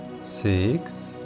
Six